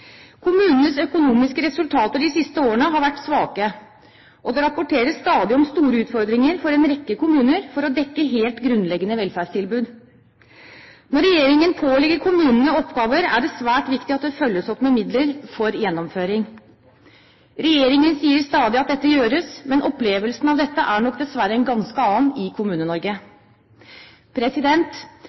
Kommunenes økonomiske resultater de siste årene har vært svake, og det rapporteres stadig om store utfordringer for en rekke kommuner for å dekke helt grunnleggende velferdstilbud. Når regjeringen pålegger kommunene oppgaver, er det svært viktig at det følges opp med midler for gjennomføring. Regjeringen sier stadig at dette gjøres, men opplevelsen av dette er nok dessverre en ganske annen i